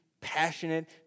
passionate